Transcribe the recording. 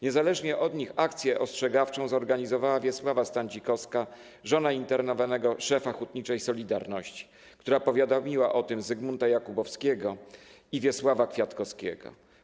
Niezależnie od nich akcję ostrzegawczą zorganizowała Wiesława Standzikowska, żona internowanego szefa hutniczej „Solidarności”, która powiadomiła o tym Zygmunta Jakubowskiego i Wiesława Kwiatkowskiego.